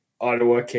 Ottawa